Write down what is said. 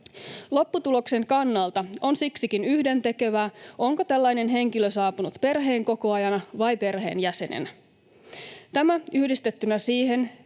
Lopputuloksen kannalta on siksikin yhdentekevää, onko tällainen henkilö saapunut perheenkokoajana vai perheenjäsenenä. Tämä yhdistettynä siihen,